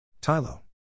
Tylo